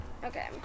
Okay